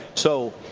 so.